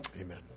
amen